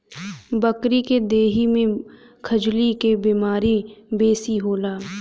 बकरी के देहि में खजुली के बेमारी बेसी होला